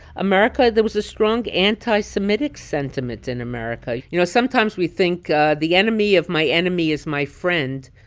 america there was a strong anti-semitic sentiment in america. you know, sometimes we think the enemy of my enemy is my friend.